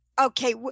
okay